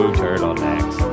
turtlenecks